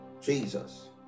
Jesus